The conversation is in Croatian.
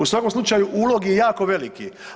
U svakom slučaju ulog je jako veliki.